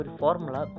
formula